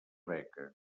beca